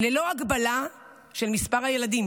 ללא הגבלה של מספר הילדים